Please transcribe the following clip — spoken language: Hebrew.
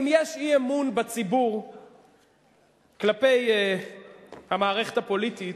אם יש אי-אמון בציבור כלפי המערכת הפוליטית,